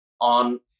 on